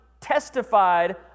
testified